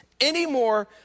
anymore